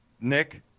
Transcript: Nick